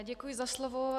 Děkuji za slovo.